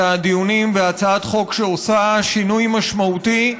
הדיונים בהצעת חוק שעושה שינוי משמעותי,